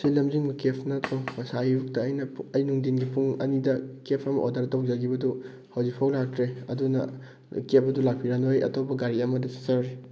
ꯁꯤ ꯂꯝꯖꯤꯡꯕ ꯀꯦꯞ ꯅꯠꯇ꯭ꯔꯣ ꯉꯁꯥꯏ ꯑꯌꯨꯛꯇ ꯑꯩꯅ ꯑꯩ ꯅꯨꯡꯊꯤꯟꯒꯤ ꯄꯨꯡ ꯑꯅꯤꯗ ꯀꯦꯞ ꯑꯃ ꯇꯧꯖꯈꯤꯕꯗꯨ ꯍꯧꯖꯤꯛꯐꯧ ꯂꯥꯛꯇ꯭ꯔꯦ ꯑꯗꯨꯅ ꯀꯦꯞ ꯑꯗꯨ ꯂꯥꯛꯄꯤꯔꯅꯨ ꯑꯩ ꯑꯇꯣꯞꯄ ꯒꯥꯔꯤ ꯑꯃꯗ ꯑꯩ ꯆꯠꯆꯔꯦ